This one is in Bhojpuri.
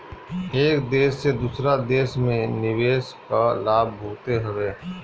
एक देस से दूसरा देस में निवेश कअ लाभ बहुते हवे